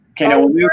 okay